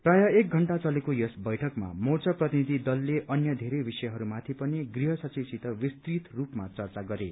प्रायः एक घण्टा चलेको यस बैठकमा मोर्चा प्रतिनिथि दलले अन्य धेरै विषयहरू माथि पनि गृह सचिवसित विस्तृत रूपमा चर्चा गरे